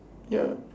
ya